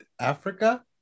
Africa